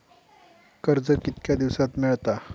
कर्ज कितक्या दिवसात मेळता?